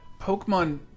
Pokemon